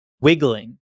wiggling